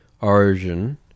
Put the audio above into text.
Origin